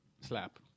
slap